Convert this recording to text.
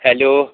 hello